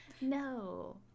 No